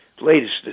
latest